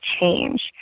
change